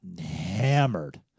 hammered